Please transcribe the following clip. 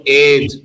age